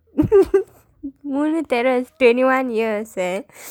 மூணு தடவை:muunu thadavai is twenty one years leh